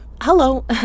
Hello